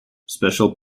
special